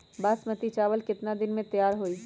बासमती चावल केतना दिन में तयार होई?